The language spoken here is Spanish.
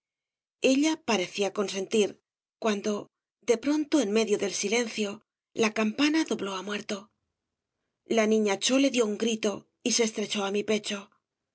ella parecía consentir cuando de pronto en medio del silencio la campana dobló á muerto la niña chole dio un grito y se estrechó á mi pecho